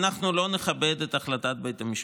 אנחנו לא נכבד את החלטת בית המשפט.